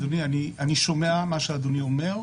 אני שומע מה שאדוני אומר.